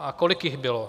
A kolik jich bylo.